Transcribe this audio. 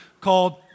called